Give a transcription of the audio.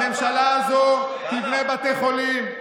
הממשלה הזאת תבנה בתי חולים,